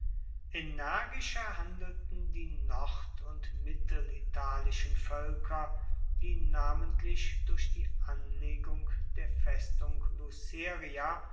energischer handelten die nord und mittelitalischen voelker die namentlich durch die anlegung der festung